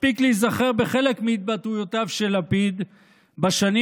מספיק להיזכר בחלק מהתבטאויותיו של לפיד בשנים